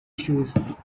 issues